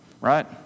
right